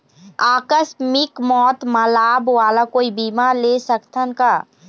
आकस मिक मौत म लाभ वाला कोई बीमा ले सकथन का?